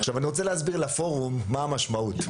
עכשיו אני רוצה להסביר לפורום מה המשמעות,